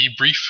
debrief